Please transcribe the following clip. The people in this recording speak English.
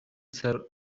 serve